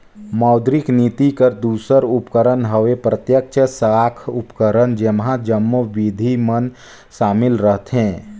मौद्रिक नीति कर दूसर उपकरन हवे प्रत्यक्छ साख उपकरन जेम्हां जम्मो बिधि मन सामिल रहथें